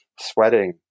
sweating